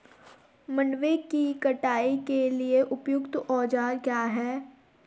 मंडवे की कटाई के लिए उपयुक्त औज़ार क्या क्या हैं?